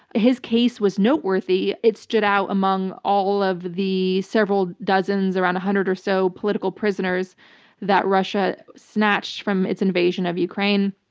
his case was noteworthy. it stood out among all of the several dozens, around one hundred or so, political prisoners that russia snatched from its invasion of ukraine,